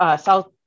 South